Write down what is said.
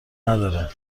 نداره